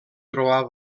trobar